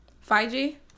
Fiji